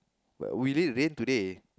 but we late rain today